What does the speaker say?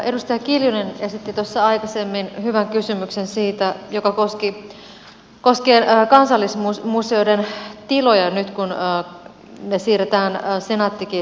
edustaja kiljunen esitti tuossa aikaisemmin hyvän kysymyksen joka koski kansallismuseoiden tiloja nyt kun ne siirretään senaatti kiinteistöjen hallintaan